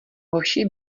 hoši